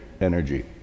energy